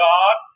God